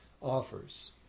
offers